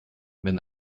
wenn